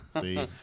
see